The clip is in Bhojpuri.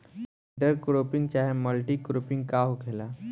इंटर क्रोपिंग चाहे मल्टीपल क्रोपिंग का होखेला?